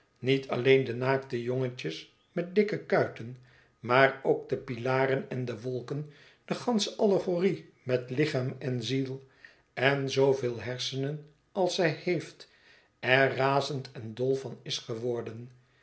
niet alleen de naakte jongetjes met dikke kuiten maar ook de pilaren en de wolken de gansche allegorie met lichaam en ziel en zooveel hersenen als zij heeft er razend en dol van is geworden